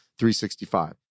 365